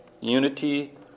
unity